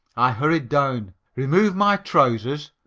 i hurried down, removed my trousers,